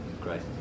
great